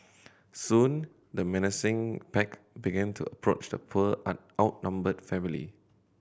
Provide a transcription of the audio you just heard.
soon the menacing pack began to approach the poor an outnumbered family